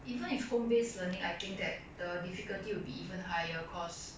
even if home based learning I think that the difficulty will be even higher cause